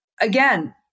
Again